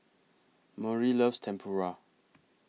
Maury loves Tempura